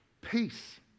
peace